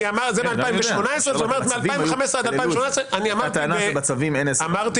זאת אומרת מ-2015 עד 2018. הטענה שבצווים אין 10א. אמרתי